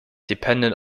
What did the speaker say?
depended